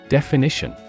Definition